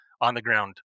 on-the-ground